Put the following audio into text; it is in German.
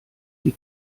die